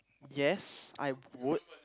yes I would